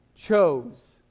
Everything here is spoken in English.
Chose